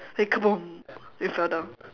then kaboom then you fell down